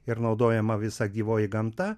ir naudojama visa gyvoji gamta